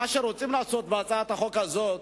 שמה שרוצים לעשות בהצעת החוק הזאת,